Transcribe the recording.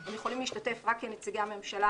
הם יכולים להשתתף רק כנציגי הממשלה,